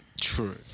True